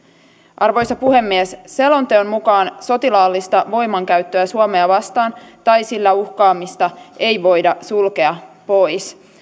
arvoisa puhemies selonteon mukaan sotilaallista voimankäyttöä suomea vastaan tai sillä uhkaamista ei voida sulkea pois